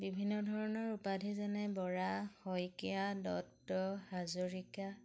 বিভিন্ন ধৰণৰ উপাধি যেনে বৰা শইকীয়া দত্ত হাজৰিকা